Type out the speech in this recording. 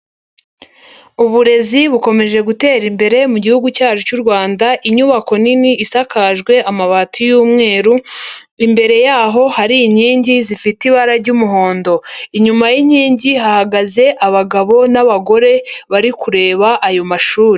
Uburezi bukomeje gutera imbere mu gihugu cyacu cy'u Rwanda, inyubako nini isakajwe amabati y'umweru, imbere yaho hari inkingi zifite ibara ry'umuhondo. Inyuma y'inkingi hahagaze abagabo n'abagore bari kureba ayo mashuri.